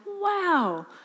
wow